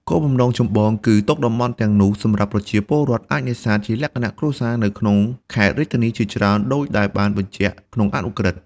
គោលបំណងចម្បងគឺទុកតំបន់ទាំងនោះសម្រាប់ប្រជាពលរដ្ឋអាចនេសាទជាលក្ខណៈគ្រួសារនៅក្នុងខេត្ត-រាជធានីជាច្រើនដូចដែលបានបញ្ជាក់ក្នុងអនុក្រឹត្យ។